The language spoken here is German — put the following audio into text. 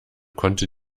konnte